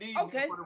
okay